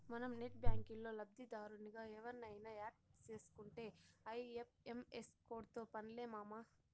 మనం నెట్ బ్యాంకిల్లో లబ్దిదారునిగా ఎవుర్నయిన యాడ్ సేసుకుంటే ఐ.ఎఫ్.ఎం.ఎస్ కోడ్తో పన్లే మామా